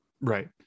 Right